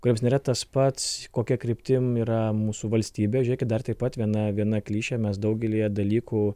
kuriems nėra tas pats kokia kryptim yra mūsų valstybė žiūrėkit dar taip pat viena viena klišė mes daugelyje dalykų